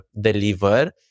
deliver